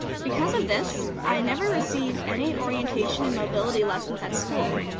because of this, i never received any orientation and mobility lessons at school,